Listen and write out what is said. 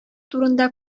турында